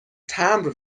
تمبر